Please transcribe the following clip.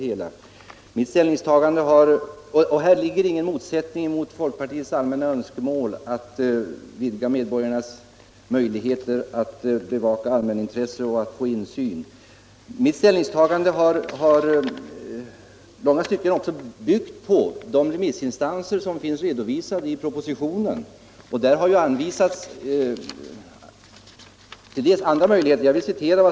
Här ligger ingen motsättning mot folkpartiets allmänna önskemål att vidga medborgarnas möjligheter att bevaka allmänintresset och få insyn. Mitt ställningstagande har i långa stycken också byggt på de remissyttranden som finns redovisade i propositionen. Där har ju anvisats andra möjligheter.